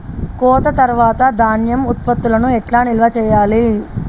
కోత తర్వాత ధాన్యం ఉత్పత్తులను ఎట్లా నిల్వ చేయాలి?